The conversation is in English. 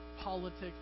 politics